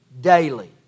daily